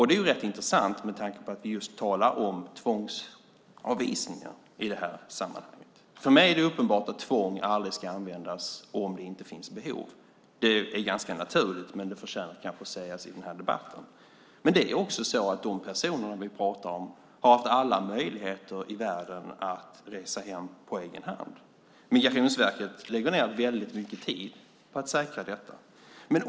Det är rätt intressant, med tanke på att vi talar om tvångsavvisningar i det här sammanhanget. För mig är det uppenbart att tvång aldrig ska användas om det inte finns behov. Det är ganska naturligt, men det förtjänar kanske att sägas i den här debatten. Det är också så att de personer vi talar om har haft alla möjligheter i världen att resa hem på egen hand. Migrationsverket lägger ned väldigt mycket tid på att säkra detta.